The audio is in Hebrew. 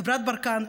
חברת ברקן,